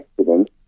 accident